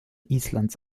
islands